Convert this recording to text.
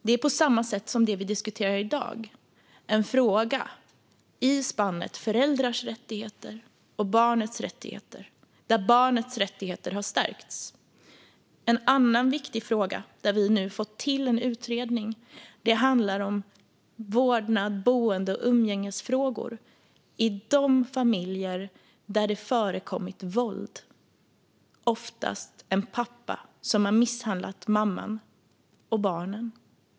Det är på samma sätt som det vi diskuterar i dag en fråga i spannet föräldrars rättigheter kontra barnets rättigheter, där barnets rättigheter har stärkts. En annan viktig fråga där vi nu har fått till en utredning handlar om vårdnads, boende och umgängesfrågor i de familjer där det förekommit våld. Oftast är det en pappa som har misshandlat mamman och barnen.